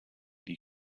die